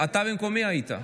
אתה במקומי היית.